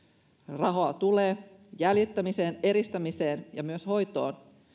rahaa tulee jäljittämiseen eristämiseen ja myös hoitoon